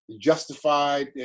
justified